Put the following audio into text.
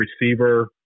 receiver